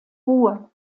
ruhe